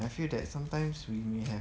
I feel that sometimes we may have